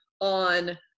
on